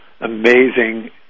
amazing